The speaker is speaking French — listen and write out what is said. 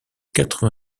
quatre